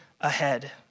ahead